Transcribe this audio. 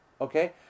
Okay